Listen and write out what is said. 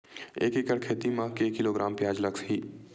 एक एकड़ खेती म के किलोग्राम प्याज लग ही?